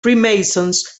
freemasons